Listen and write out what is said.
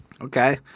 okay